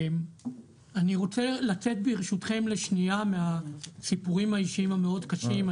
אני רוצה לצאת ברשותכם לשנייה מהסיפורים האישיים המאוד קשים,